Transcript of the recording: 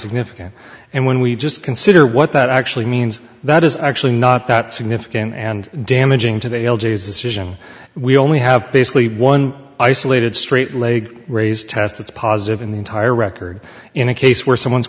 significant and when we just consider what that actually means that is actually not that significant and damaging to vale jesus isn't we only have basically one isolated straight leg raised test that's positive in the entire record in a case where someone